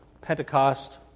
Pentecost